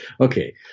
Okay